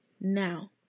Now